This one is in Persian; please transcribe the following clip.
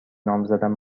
نامزدم